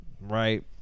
right